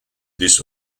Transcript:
this